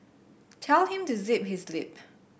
tell him to zip his lip